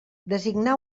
designar